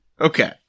okay